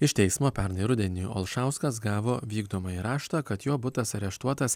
iš teismo pernai rudenį olšauskas gavo vykdomąjį raštą kad jo butas areštuotas